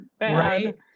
Right